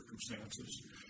circumstances